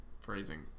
Phrasing